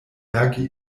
werke